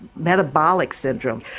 metabolic syndrome.